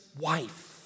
wife